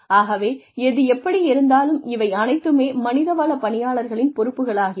ஆகவே எது எப்படியிருந்தாலும் இவை அனைத்துமே மனித வள பணியாளர்களின் பொறுப்புகளாகிறது